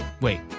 Wait